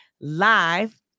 live